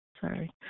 Sorry